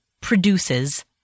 produces